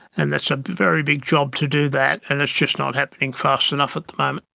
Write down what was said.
and that's a very big job to do that and it's just not happening fast enough at the moment.